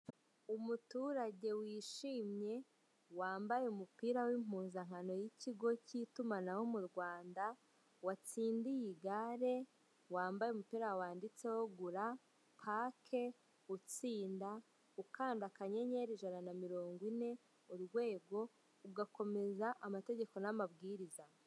Umuturage wishimye wambaye umupira w'impuzankano y'ikigo k'itumanaho mu Rwanda, watsindiye igare, wambaye umupira wanditseho gura pake utsinda, ukanda akanyanyeri ijana na mirongo ine, urwego, ugakomeza amategeko n'amabwiriza.